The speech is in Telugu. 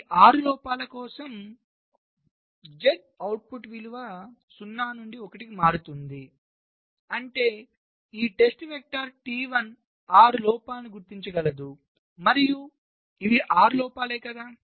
ఈ 6 లోపాల కోసం Z అవుట్పుట్ విలువ 0 నుండి 1 కి మారుతుంది అంటే ఈ పరీక్ష వెక్టర్ T1 6 లోపాలను గుర్తించగలదు మరియు ఇవి 6 లోపల కదా